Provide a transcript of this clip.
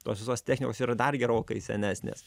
tos visos technikos yra dar gerokai senesnės